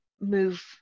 move